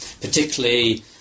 particularly